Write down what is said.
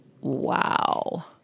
Wow